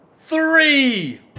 three